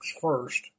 first